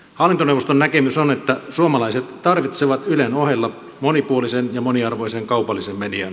hallintoneuvoston näkemys on että suomalaiset tarvitsevat ylen ohella monipuolisen ja moniarvoisen kaupallisen median